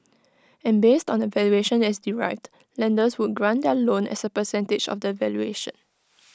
and based on the valuation that is derived lenders would grant their loan as A percentage of that valuation